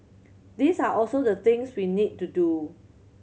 these are also the things we need to do